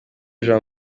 jean